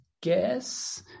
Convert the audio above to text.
guess